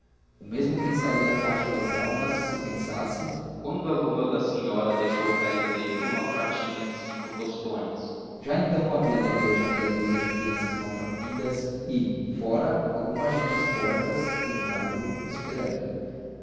o mesmo pensaria a caixa das almas se pensasse quando a luva da senhora deixou cair dentro uma pratinha de cinco tostões já então havia na igreja meia dúzia de crianças maltrapilhas e fora alguma gente às portas e no largo esperando